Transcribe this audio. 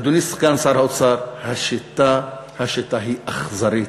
אדוני סגן שר האוצר, השיטה היא אכזרית,